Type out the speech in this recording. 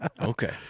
Okay